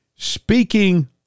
Speaking